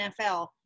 NFL